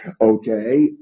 Okay